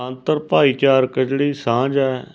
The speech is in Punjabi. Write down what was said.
ਅੰਤਰ ਭਾਈਚਾਰਕ ਜਿਹੜੀ ਸਾਂਝ ਹੈ